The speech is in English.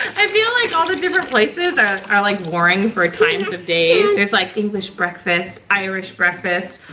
i feel like all the different places are are like warring for times of days. there's like english breakfast, irish breakfast,